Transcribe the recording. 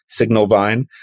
Signalvine